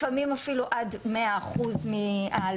לפעמים אפילו עד 100% מההלוואה.